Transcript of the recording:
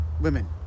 women